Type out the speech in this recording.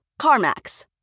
CarMax